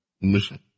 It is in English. mission